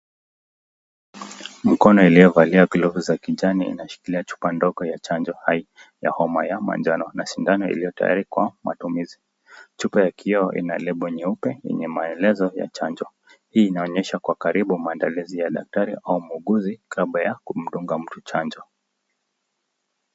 Mkono iliyovalia glovu za kijani inashikilia chupa ndogo ya chanjo ya homa ya majano na sindano iliyo tayari kwa matumizi. Chupa ya kioo ina label nyeupe yenye maelezo ya chanjo. Hii inaonyesha kwa karibu maelezo ya daktari ama muuguzi kabla ya kumdunga mtu chanjo.